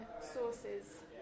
sources